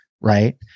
right